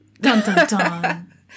Dun-dun-dun